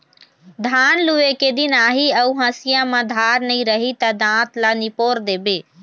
धान लूए के दिन आही अउ हँसिया म धार नइ रही त दाँत ल निपोर देबे